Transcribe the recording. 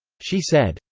she said.